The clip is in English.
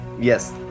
yes